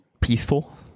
Peaceful